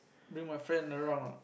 bring my friend around lah